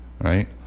Right